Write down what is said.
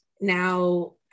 now